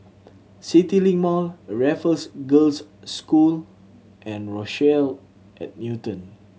CityLink Mall Raffles Girls' School and Rochelle at Newton